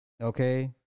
Okay